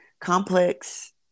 complex